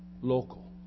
local